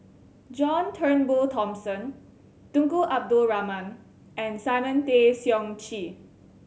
John Turnbull Thomson Tunku Abdul Rahman and Simon Tay Seong Chee